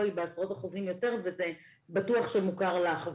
היא בעשרות אחוזים יותר וזה בטוח שמוכר לך.